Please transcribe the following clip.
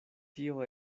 tio